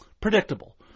predictable